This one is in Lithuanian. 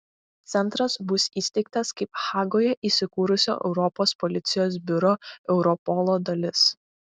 centras bus įsteigtas kaip hagoje įsikūrusio europos policijos biuro europolo dalis